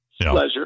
Pleasure